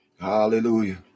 Hallelujah